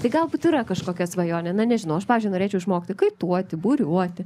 tai galbūt yra kažkokia svajonė na nežinau aš pavyzdžiui norėčiau išmokti kaituoti buriuoti